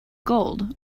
gold